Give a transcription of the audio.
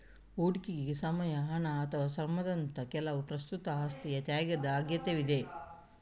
ಹೂಡಿಕೆಗೆ ಸಮಯ, ಹಣ ಅಥವಾ ಶ್ರಮದಂತಹ ಕೆಲವು ಪ್ರಸ್ತುತ ಆಸ್ತಿಯ ತ್ಯಾಗದ ಅಗತ್ಯವಿದೆ